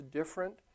different